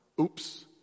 Oops